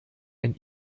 ein